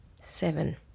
seven